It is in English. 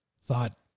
thought